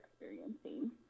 experiencing